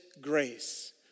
grace